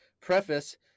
preface